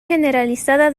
generalizada